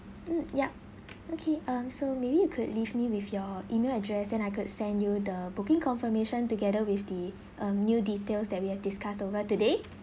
mm yup okay um so maybe you could leave me with your email address then I could send you the booking confirmation together with the um new details that we have discussed over today